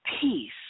peace